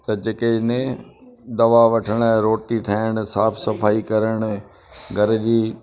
त जेके आहिनि दवा वठणु रोटी ठाहिणु साफ सफ़ाई करणु घर जी